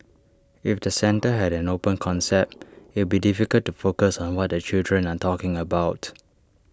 if the centre had an open concept it'd be difficult to focus on what the children are talking about